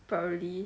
probably